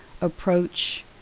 approach